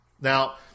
Now